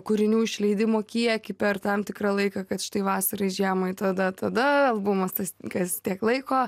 kūrinių išleidimo kiekį per tam tikrą laiką kad štai vasarai žiemai tada tada albumas tas kas tiek laiko